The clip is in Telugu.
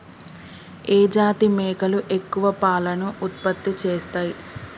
ఏ జాతి మేకలు ఎక్కువ పాలను ఉత్పత్తి చేస్తయ్?